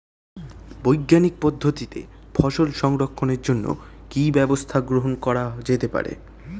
বৈজ্ঞানিক পদ্ধতিতে ফসল সংরক্ষণের জন্য কি ব্যবস্থা গ্রহণ করা যেতে পারে?